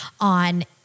on